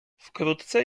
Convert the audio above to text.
wkrótce